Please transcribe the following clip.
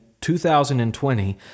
2020